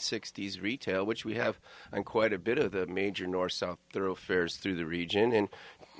sixty s retail which we have quite a bit of the major nor so their affairs through the region and